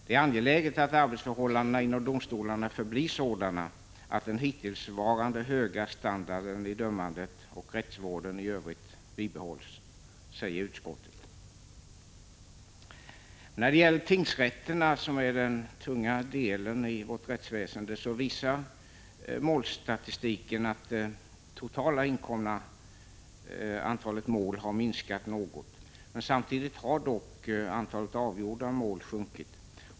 Det är angeläget att arbetsförhållandena inom domstolarna förblir sådana att den hittillsvarande höga standarden i dömandet och rättsvården i övrigt bibehålls, säger utskottet. När det gäller tingsrätterna, som är den tunga delen i vårt rättsväsende, visar målstatistiken att det totala antalet inkomna mål har minskat något. Samtidigt har dock antalet avgjorda mål sjunkit.